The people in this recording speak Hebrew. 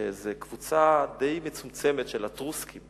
שזה קבוצה די מצומצמת של אטרוסקים,